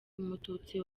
umututsi